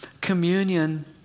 communion